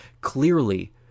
Clearly